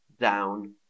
down